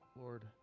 Lord